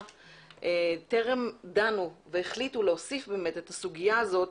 טרם דנו והחליטו להוסיף את הסוגיה הזאת,